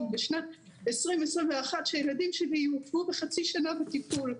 שבשנת 2021 שהילדים שלי יעוכבו בחצי שנה בטיפול,